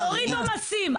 להוריד עומסים.